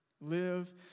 Live